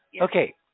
Okay